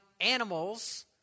animals